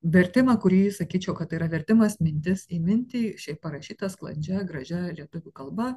vertimą kurį sakyčiau kad tai yra vertimas mintis į mintį šiaip parašytas sklandžia gražia lietuvių kalba